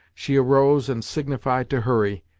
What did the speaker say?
she arose and signified to hurry,